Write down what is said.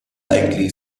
likely